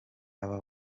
abo